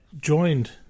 joined